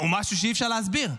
הוא משהו שאי-אפשר להסביר.